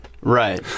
Right